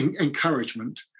encouragement